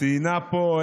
ציינה פה,